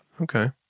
Okay